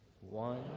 one